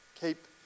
Keep